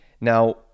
Now